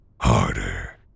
harder